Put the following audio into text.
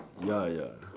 ya ya